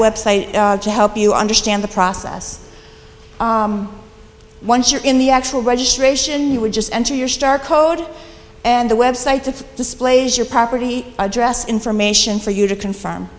website to help you understand the process once you're in the actual registration you would just enter your star code and the website to displays your property address information for you to confirm